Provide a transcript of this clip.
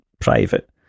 private